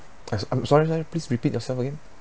as um sorry sorry please repeat yourself again